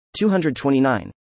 229